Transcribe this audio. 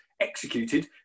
executed